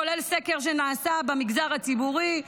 כולל סקר שנעשה במגזר הציבורי,